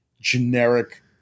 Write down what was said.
generic